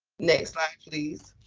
next slide, please.